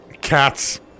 Cats